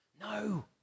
No